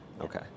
Okay